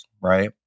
right